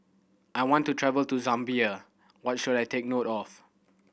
I want to travel to Zambia what should I take note of